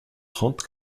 trente